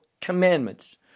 commandments